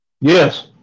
Yes